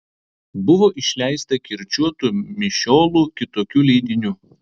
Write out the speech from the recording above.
buvo išleista kirčiuotų mišiolų kitokių leidinių